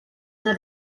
una